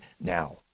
now